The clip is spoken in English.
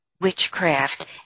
witchcraft